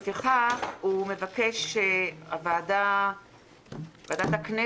לפיכך הוא מבקש שוועדת הכנסת,